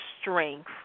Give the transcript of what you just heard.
strength